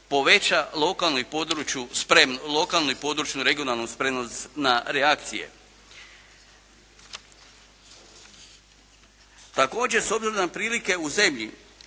poveća lokalnu i područnu regionalnu spremnost na reakcije. Također s obzirom na prilike u zemlji